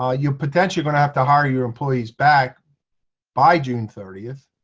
ah you potentially going to have to hire your employees back by june thirtieth.